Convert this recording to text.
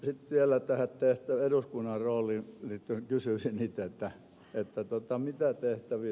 sitten vielä tähän eduskunnan rooliin liittyen kysyisin itse